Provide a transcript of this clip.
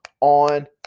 on